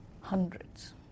Hundreds